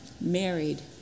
married